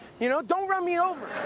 you know don't run me over.